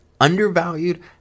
undervalued